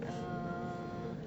err